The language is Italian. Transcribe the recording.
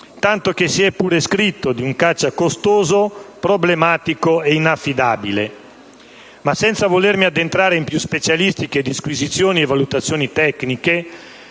tanto che si è pure scritto di un caccia costoso, problematico e inaffidabile. Ma senza volermi addentrare in più specialistiche disquisizioni e valutazioni tecniche,